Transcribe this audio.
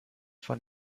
von